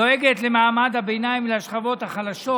דואגת למעמד הביניים ולשכבות החלשות?